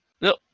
no